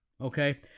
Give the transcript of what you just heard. okay